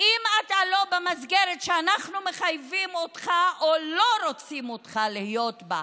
שאם אתה לא במסגרת שאנחנו מחייבים אותך בה או לא רוצים שתהיה בה,